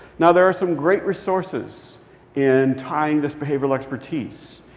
now, there are some great resources in tying this behavioral expertise.